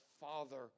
Father